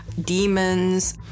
demons